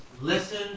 listen